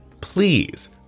please